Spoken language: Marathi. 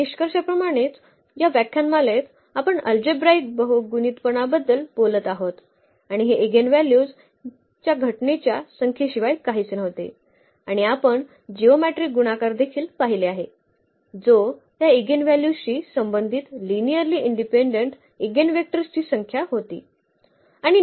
या निष्कर्षाप्रमाणेच या व्याख्यानमालेत आपण अल्जेब्राईक बहुगुणितपणाबद्दल बोललो आहोत आणि हे इगेनव्हल्यूज च्या घटनेच्या संख्येशिवाय काहीच नव्हते आणि आपण जिओमेट्रीक गुणाकार देखील पाहिले आहे जो त्या इगेनव्हल्यूज शी संबंधित लिनिअर्ली इंडिपेंडेंट इगेनवेक्टर्सची संख्या होती